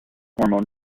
hormone